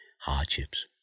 hardships